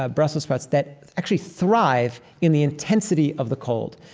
ah brussels sprouts, that actually thrive in the intensity of the cold.